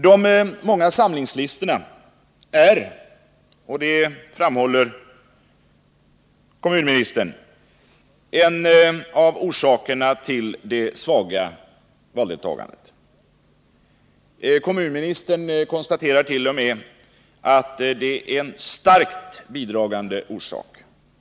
De många samlingslistorna är — och det framhåller kommunministern —-en av orsakerna till det svaga valdeltagandet. Kommunministern konstaterar t. 0. m. att dessa samlingslistor är en starkt bidragande orsak.